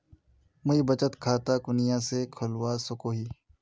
मुई बचत खता कुनियाँ से खोलवा सको ही?